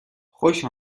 خوش